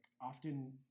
often